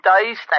days